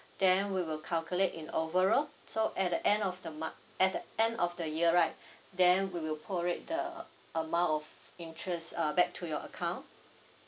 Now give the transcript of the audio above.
then we will calculate in overall so at the end of the month at the end of the year right then we will prorate it the amount of interest uh back to your account